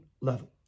level